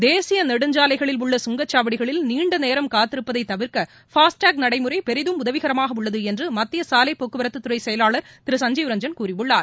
தேசிய நெடுஞ்சாலைகளில் உள்ள சங்கச்சாவடிகளில் நீண்டநேரம் காத்திருப்பதைத் தவிர்க்க பாஸ்டேக் நடைமுறை பெரிதும் உதவிகரமாக உள்ளது என்று மத்திய சாலைப் போக்குவரத்துத்துறை செயலாளர் திரு சஞ்சீன் ரஞ்சன் கூறியுள்ளார்